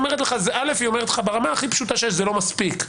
היא אומרת לך: ברמה הפשוטה שיש,